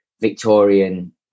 Victorian